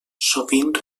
sovint